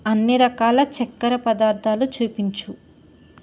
అన్ని రకాల చక్కెర పదార్థాలు చూపించు